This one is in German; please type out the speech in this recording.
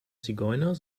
zigeuner